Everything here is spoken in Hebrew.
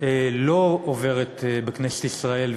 לא עוברת בכנסת ישראל,